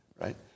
right